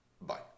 Bye